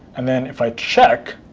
and then if i check